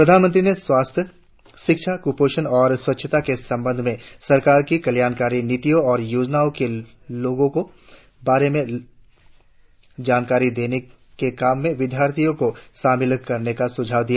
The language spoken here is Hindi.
प्रधानमंत्री ने स्वास्थ्य शिक्षा कुपोषण और स्वच्छता के संबंध में सरकर की कल्याणकारी नीतियों और योजनाओं के लाभों के बारे में लोगों को जानकारी देने के काम मे विद्यार्थियों को शामिल करने का सुझाव दिया